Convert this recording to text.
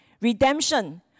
Redemption